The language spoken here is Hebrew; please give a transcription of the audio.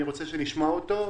אני רוצה שנשמע אותו.